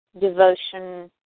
devotion